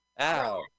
Ow